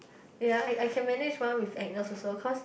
ya I I can manage mah with Agnes also cause